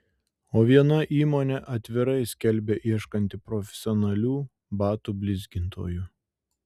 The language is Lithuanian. o viena įmonė atvirai skelbia ieškanti profesionalių batų blizgintojų